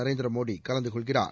நரேந்திர மோடி கலந்துகொள்கிறார்